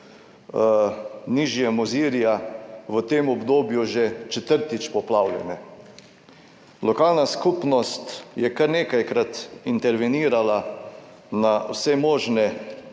nižje Mozirja v tem obdobju že četrtič poplavljene. Lokalna skupnost je, kar nekajkrat intervenirala na vse možne